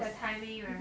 the timing right